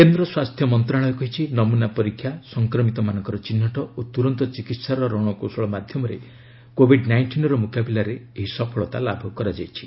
କେନ୍ଦ୍ର ସ୍ୱାସ୍ଥ୍ୟ ମନ୍ତ୍ରଣାଳୟ କହିଛି ନମୁନା ପରୀକ୍ଷା ସଂକ୍ରମିତମାନଙ୍କର ଚିହ୍ନଟ ଓ ତୁରନ୍ତ ଚିକିତ୍ସାର ରଣକୌଶଳ ମାଧ୍ୟମରେ କୋଭିଡ୍ ନାଇଷ୍ଟିନ୍ର ମ୍ରକାବିଲାରେ ଏହି ସଫଳତା ଲାଭ କରାଯାଇଛି